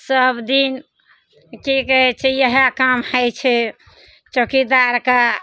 सब दिन की कहय छै इएह काम होइ छै चौकीदारके